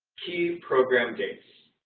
key program dates.